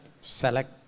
select